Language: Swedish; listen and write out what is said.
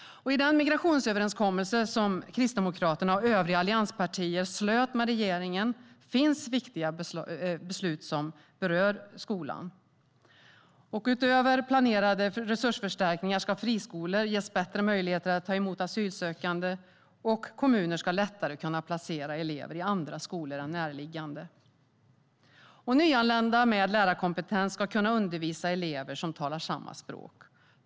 I den migrationsöverenskommelse som Kristdemokraterna och övriga allianspartier slöt med regeringen finns viktiga beslut som berör skolan. Utöver planerade resursförstärkningar ska friskolor ges bättre möjligheter att ta emot asylsökande, och kommuner ska lättare kunna placera elever i andra skolor än de närliggande. Nyanlända med lärarkompetens ska kunna undervisa elever som talar samma språk.